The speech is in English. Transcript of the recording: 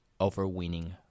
overweening